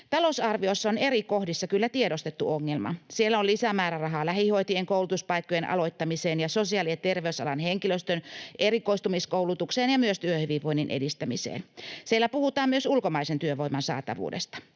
Talousarviossa on eri kohdissa kyllä tiedostettu ongelma. Siellä on lisämäärärahaa lähihoitajien koulutuspaikkojen aloittamiseen ja sosiaali‑ ja terveysalan henkilöstön erikoistumiskoulutukseen ja myös työhyvinvoinnin edistämiseen. Siellä puhutaan myös ulkomaisen työvoiman saatavuudesta.